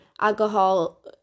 alcohol